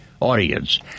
audience